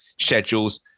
schedules